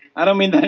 i don't mean